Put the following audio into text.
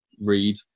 read